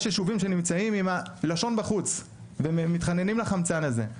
יש ישובים שנמצאים עם הלשון בחוץ ומתחננים לחמצן הזה,